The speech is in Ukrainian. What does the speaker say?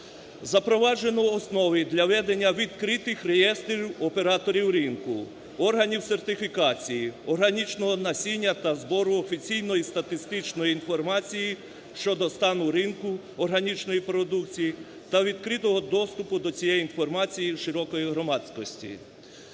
запроваджені основи для ведення відкритих реєстрів операторів ринку, органів сертифікації, органічного насіння та збору офіційної статистичної інформації щодо стану ринку органічної продукції та відкритого доступу до цієї інформації широкої громадськості;